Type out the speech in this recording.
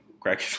crack